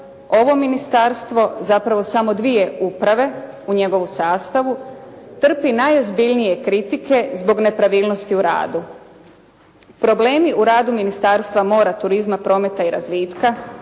ovo ministarstvo zapravo samo dvije uprave u njegovu sastavu, trpi najozbiljnije kritike zbog nepravilnosti u radu. Problemi u radu Ministarstva mora, turizma, prometa i razvitka,